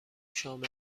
شامل